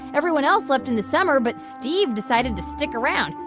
everyone else left in the summer, but steve decided to stick around.